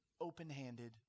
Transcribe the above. open-handed